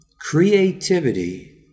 creativity